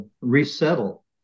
resettle